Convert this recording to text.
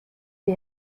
die